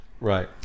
Right